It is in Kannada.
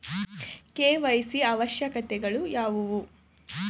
ಕೆ.ವೈ.ಸಿ ಅವಶ್ಯಕತೆಗಳು ಯಾವುವು?